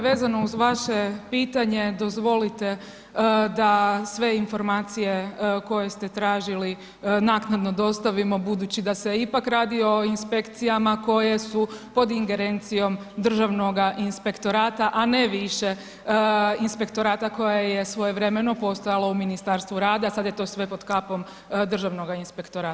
Dakle vezano uz vaše pitanje dozvolite da sve informacije koje ste tražili naknadno dostavimo budući da se ipak radi o inspekcijama koje su pod ingerencijom Državnoga inspektorata a ne više inspektorata koje je svojevremeno postojalo u Ministarstvu rada, sada je to sve pod kapom Državnoga inspektorata.